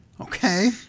Okay